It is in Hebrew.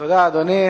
תודה, אדוני.